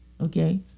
Okay